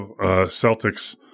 Celtics